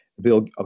Bill